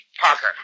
Parker